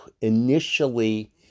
initially